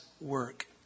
work